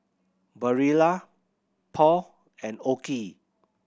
Barilla Paul and OKI